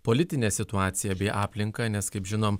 politinę situaciją bei aplinką nes kaip žinome